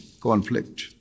conflict